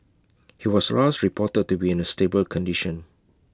he was last reported to be in A stable condition